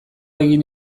egin